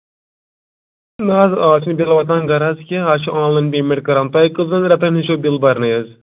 نہَ حظ اَز چھُنہٕ بِلہٕ واتان گَرٕ حظ کیٚنٛہہ اَز چھِ آن لاین پیمٮ۪نٛٹ کَران تۄہہِ کٔژن رٮ۪تَن ہٕنٛزٕ چھَو بِلہٕ برنے حظ